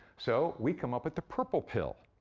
so, we come up with the purple pill.